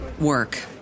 work